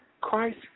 Christ